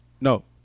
No